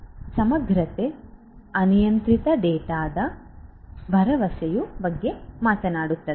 ಸಮಗ್ರತೆಯು ಅನಿಯಂತ್ರಿತ ಡೇಟಾದ ಭರವಸೆಯ ಬಗ್ಗೆ ಮಾತನಾಡುತ್ತದೆ